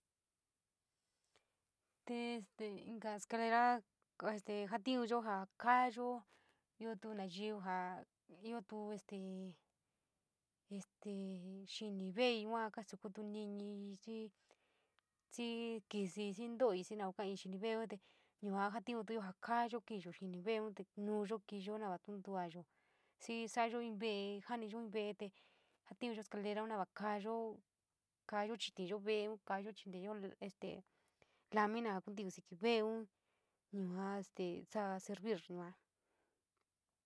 Te este inka escalera este jatanyo ja kaaiyo, tato nojiio ja ia este este kiví vei yuu kaskoto niss xii kisi xii lotloy, io yuu karii yuu ineun no yuu jatanujo kaiiyo kivi xii, te este nuaoyo nii ja yuu jatanujo kaayo saiio yuu iiee ja tanoiyo ja no kaayo chitiino veleun senar yuu este loo lamina la kivi xii veleun yuu sala senir yua.